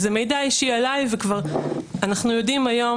זה מידע אישי עליי וכבר אנחנו יודעים היום